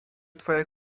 twoje